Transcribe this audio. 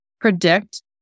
predict